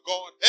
God